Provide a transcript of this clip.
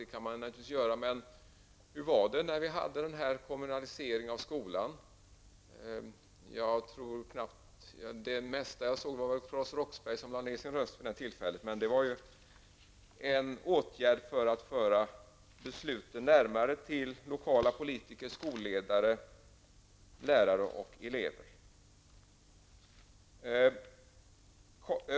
Så kan man naturligtvis göra, men hur var det när kommunaliseringen av skolan var aktuell? Jag såg att Claes Roxbergh lade ner sin röst vid det tillfället, men det var ju en åtgärd för att föra besluten närmare lokala politiker, skolledare, lärare och elever.